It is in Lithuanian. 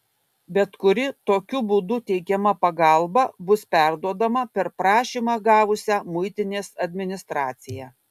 bet kuri tokiu būdu teikiama pagalba bus perduodama per prašymą gavusią muitinės administraciją